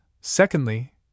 secondly